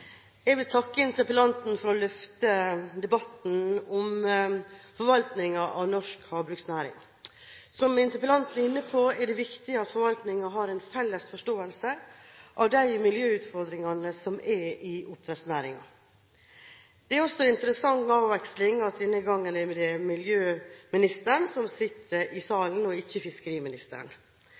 Jeg vil takke interpellanten for å løfte debatten om forvaltningen av norsk havbruksnæring. Som interpellanten var inne på, er det viktig at forvaltningen har en felles forståelse av de miljøutfordringene som er i oppdrettsnæringen. Det er også en interessant avveksling at det denne gangen er miljøministeren som sitter i salen, og ikke fiskeriministeren.